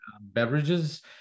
beverages